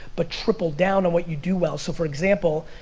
but triple down and what you do well, so for example,